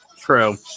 True